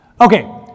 Okay